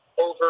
over